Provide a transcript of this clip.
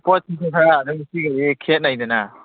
ꯄꯣꯠꯇꯨꯁꯨ ꯈꯔ ꯑꯗꯨꯝ ꯁꯤꯒꯗꯤ ꯈꯦꯠꯅꯩꯗꯅ